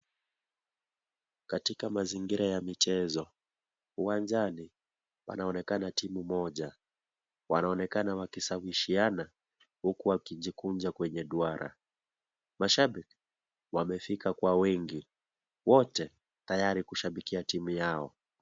Katika mazingira ya michezo, uwanjani wanaonekana timu moja. Wanaonekana wakishawishiana, huku wakijikunja kwenye duara. Mashabiki, wamefika kwa wingi. Wote, tayari kushabikia timu yao.